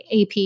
ap